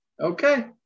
Okay